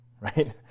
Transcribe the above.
Right